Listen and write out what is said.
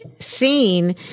Seen